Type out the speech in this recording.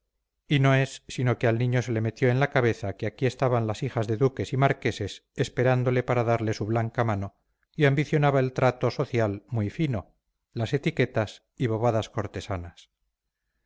y no es sino que al niño se le metió en la cabeza que aquí estaban las hijas de duques y marqueses esperándole para darle su blanca mano y ambicionaba el trato social muy fino las etiquetas y bobadas cortesanas